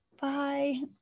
Bye